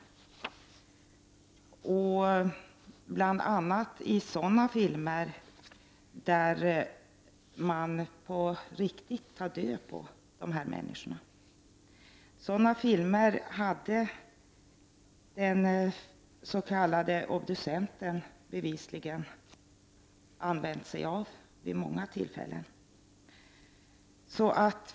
Det rör sig t.ex. om sådana filmer där man på riktigt tar död på dessa människor. Sådana filmer hade den s.k. obducenten bevisligen tittat på vid många tillfällen.